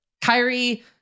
Kyrie